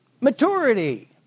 Maturity